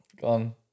Gone